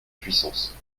puissance